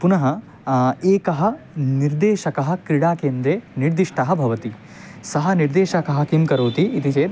पुनः एकः निर्देशकः क्रीडाकेन्द्रे निर्दिष्टः भवति सः निर्देशकः किं करोति इति चेत्